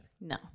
No